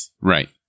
Right